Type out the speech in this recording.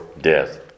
death